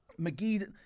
McGee